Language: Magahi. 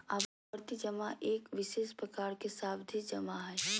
आवर्ती जमा एक विशेष प्रकार के सावधि जमा हइ